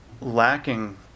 lacking